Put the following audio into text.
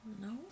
No